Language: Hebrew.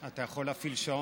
אתה יכול להפעיל שעון,